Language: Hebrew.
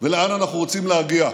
ולאן אנחנו רוצים להגיע.